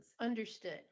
Understood